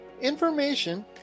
information